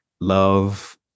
love